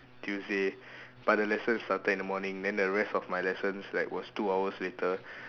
Tuesday but the lesson started in the morning then the rest of my lessons like was two hours later